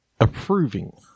Approving